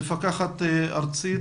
מפקחת ארצית.